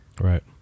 Right